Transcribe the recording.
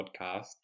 podcast